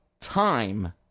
time